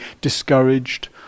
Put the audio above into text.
discouraged